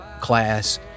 class